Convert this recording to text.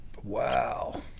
Wow